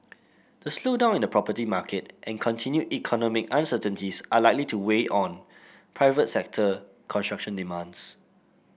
the slowdown in the property market and continued economic uncertainties are likely to weigh on private sector construction demands